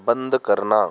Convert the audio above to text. बंद करना